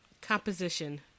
Composition